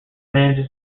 manages